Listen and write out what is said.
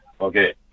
Okay